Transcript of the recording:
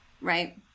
right